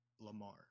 Lamar